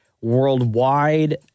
Worldwide